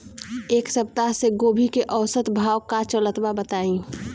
एक सप्ताह से गोभी के औसत भाव का चलत बा बताई?